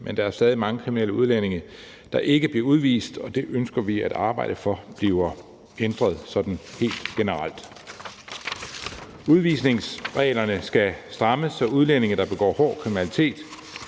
men der er stadig mange kriminelle udlændinge, der ikke bliver udvist, og det ønsker vi at arbejde for bliver ændret sådan helt generelt. Udvisningsreglerne skal strammes, så udlændinge, der begår hård kriminalitet,